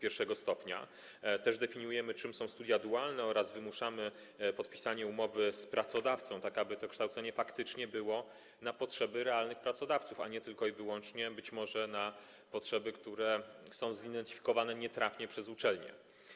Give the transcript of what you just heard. I stopnia, definiujemy też, czym są studia dualne, oraz wymuszamy podpisanie umowy z pracodawcą, tak aby to kształcenie faktycznie było kształceniem na potrzeby realnych pracodawców, a nie tylko i wyłącznie być może na potrzeby, które są zidentyfikowane nietrafnie przez uczelnie.